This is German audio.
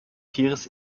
tieres